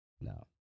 No